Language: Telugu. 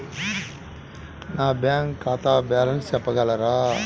నా బ్యాంక్ ఖాతా బ్యాలెన్స్ చెప్పగలరా?